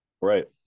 Right